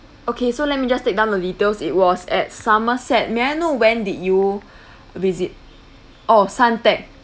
okay so let me just take down the details it was at somerset may I know when did you visit oh suntec